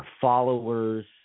followers